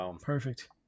Perfect